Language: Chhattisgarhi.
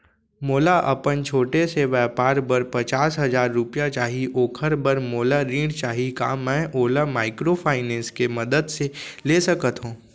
मोला अपन छोटे से व्यापार बर पचास हजार रुपिया चाही ओखर बर मोला ऋण चाही का मैं ओला माइक्रोफाइनेंस के मदद से ले सकत हो?